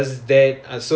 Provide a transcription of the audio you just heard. oh